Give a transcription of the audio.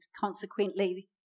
consequently